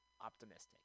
optimistic